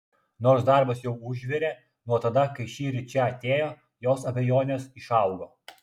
nors darbas jau užvirė nuo tada kai šįryt čia atėjo jos abejonės išaugo